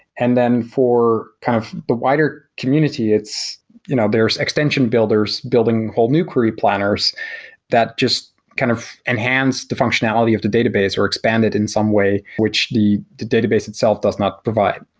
and then for kind of the wider community, you know there's extension builders building whole new query planners that just kind of enhance the functionality of the database or expand it in some way, which the database itself does not provide.